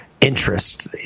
interest